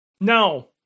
Now